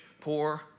poor